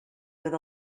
with